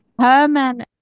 Herman